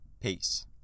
Peace